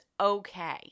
okay